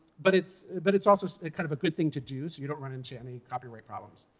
but it's but it's also a kind of a good thing to do so you don't run into any copyright problems.